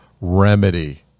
remedy